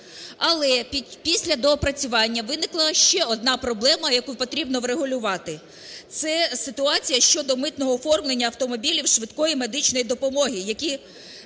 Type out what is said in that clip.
Але після доопрацювання виникла ще одна проблема, яку потрібно врегулювати. Це ситуація щодо митного оформлення автомобілів швидкої медичної допомоги, які